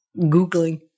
Googling